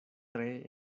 tre